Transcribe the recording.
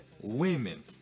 women